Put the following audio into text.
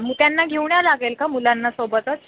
मग त्यांना घेऊन या लागेल का मुलांना सोबतच